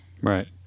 Right